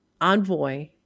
Envoy